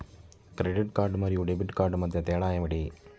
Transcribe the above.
Credit card మరియు debit card మధ్య తేడా ఏమిటి?